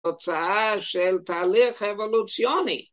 ‫תוצאה של תהליך אבולוציוני.